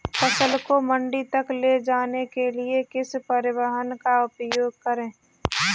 फसल को मंडी तक ले जाने के लिए किस परिवहन का उपयोग करें?